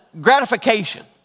gratification